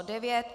9.